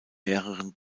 mehreren